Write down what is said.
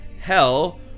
hell